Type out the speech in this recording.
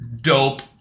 dope